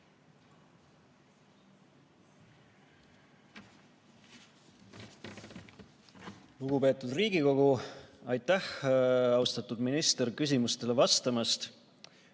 Lugupeetud Riigikogu! Aitäh, austatud minister, küsimustele vastamast!